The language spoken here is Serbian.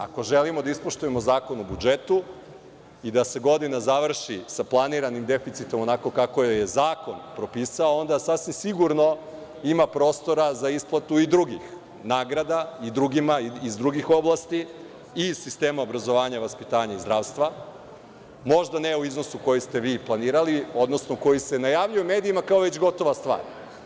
Ako želimo da ispoštujemo Zakon o budžetu i da se godina završi sa planiranim deficitom, onako kako je zakon propisao, onda sasvim sigurno ima prostora za isplatu i drugih nagrada i drugima iz drugih oblasti i sistema obrazovanja i vaspitanja, zdravstva, možda ne u iznosu koji ste vi planirali, odnosno koji se najavljuje u medijima kao već gotova stvar.